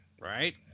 Right